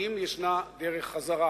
היא אם יש דרך חזרה,